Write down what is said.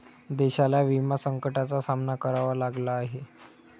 देशाला विमा संकटाचा सामना करावा लागला आहे